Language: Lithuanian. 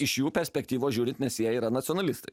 iš jų perspektyvos žiūrint nes jie yra nacionalistai